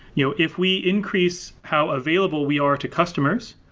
you know if we increase how available we are to customers,